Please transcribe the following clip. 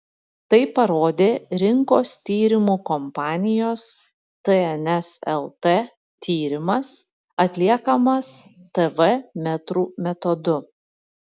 tai parodė rinkos tyrimų kompanijos tns lt tyrimas atliekamas tv metrų metodu